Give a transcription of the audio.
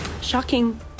shocking